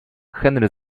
henry